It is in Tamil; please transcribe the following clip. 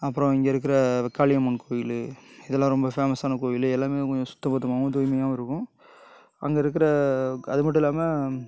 அப்புறம் இங்கே இருக்கிற வெக்காளியம்மன் கோயில் இதெல்லாம் ரொம்ப ஃபேமஷான கோயில் எல்லாமே கொஞ்சம் சுத்தபத்தமாகவும் துாய்மையாகவும் இருக்கும் அங்கே இருக்கிற அது மட்டும் இல்லாமல்